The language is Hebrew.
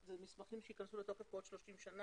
אלה מסמכים שייכנסו לתוקף בעוד 30 שנים,